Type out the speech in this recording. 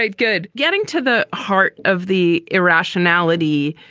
ah good. getting to the heart of the irrationality,